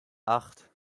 acht